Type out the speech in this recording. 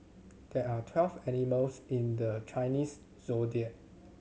there are twelve animals in the Chinese Zodiac